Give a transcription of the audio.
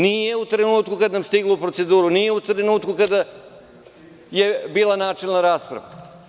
Nije u trenutku kada nam je stiglo u proceduru, nije u trenutku kada je bila načelna rasprava.